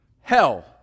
Hell